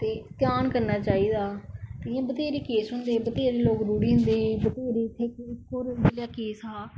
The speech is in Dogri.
ते ध्यान करना चाहिदा क्योंकि बथ्हेरे केस होंदे बथ्हेरे लोक रुढ़ी जंदे और इत्थै इक इयो जेहा केस हा